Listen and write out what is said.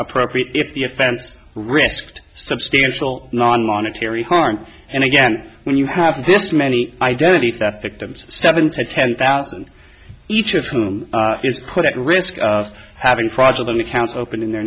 appropriate if the offense risked substantial non monetary harm and again when you have this many identity theft victims seven to ten thousand each of whom is put at risk of having fraudulent accounts open in their